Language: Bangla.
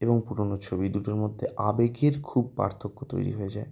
এবং পুরোনো ছবি দুটোর মধ্যে আবেগের খুব পার্থক্য তৈরি হয়ে যায়